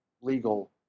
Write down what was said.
Legal